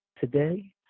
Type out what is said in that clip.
today